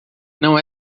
não